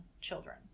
children